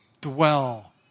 dwell